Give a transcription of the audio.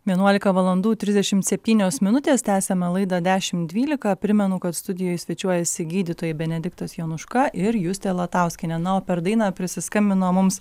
vienuolika valandų trisdešimt septynios minutės tęsiame laidą dešimt dvylika primenu kad studijoje svečiuojasi gydytojai benediktas jonuška ir justė latauskienė na o per dainą prisiskambino mums